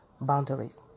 boundaries